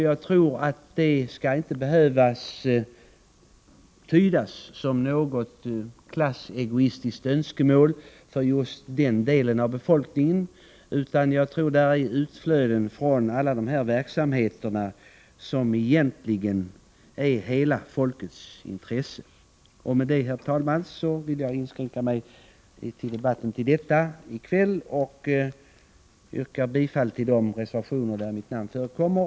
Jag tror inte att det skall behöva tydas som något klassegoistiskt önskemål för just den delen av befolkningen, utan det är ett utflöde från alla dessa verksamheter som egentligen ligger i hela folkets intresse. Herr talman! Jag inskränker mig i debatten i kväll till detta och yrkar bifall till de reservationer där mitt namn förekommer.